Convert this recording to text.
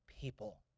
people